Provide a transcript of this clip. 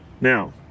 now